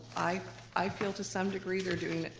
i i feel to some degree they're doing